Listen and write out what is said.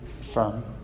firm